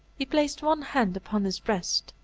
he placed one hand upon his breast,